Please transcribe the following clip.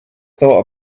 thought